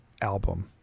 album